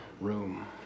room